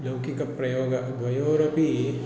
लौकिकप्रयोगं द्वयोरपि